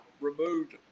removed